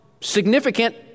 significant